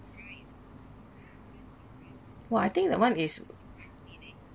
!wah! I think that one is